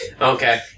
Okay